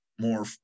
more